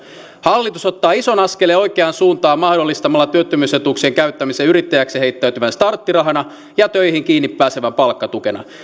hallitus ottaa ison askeleen oikeaan suuntaan mahdollistamalla työttömyysetuuksien käyttämisen yrittäjäksi heittäytyvän starttirahana ja töihin kiinni pääsevän palkkatukena